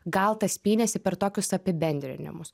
gal tas pynėsi per tokius apibendrinimus